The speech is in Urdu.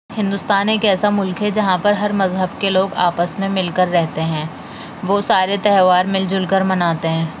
ہندوستان ایک ایسا ملک ہے جہاں پر ہر مذہب کے لوگ آپس میں مل کر رہتے ہیں وہ سارے تہوار مل جھل کر مناتے ہیں